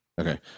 Okay